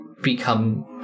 Become